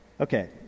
Okay